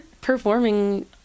performing